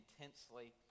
intensely